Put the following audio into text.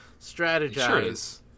Strategize